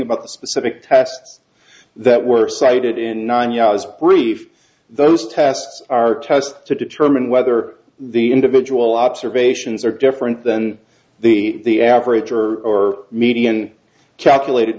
about the specific tests that were cited in nine yards brief those tests are tests to determine whether the individual observations are different than the the average or median calculated